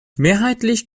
mehrheitlich